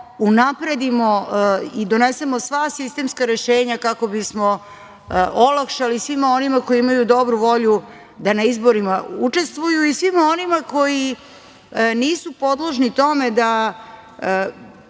unapredimo i donesemo sva sistemska rešenja kako bismo olakšali svima onima koji imaju dobru volju da na izborima učestvuju i svima onima koji nisu podložni tome da